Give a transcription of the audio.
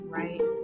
right